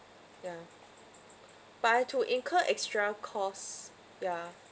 ya but I had to incur extra cost ya